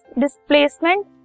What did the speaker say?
displacement